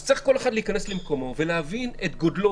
אז כל אחד צריך להיכנס למקומו ולהבין את גודלו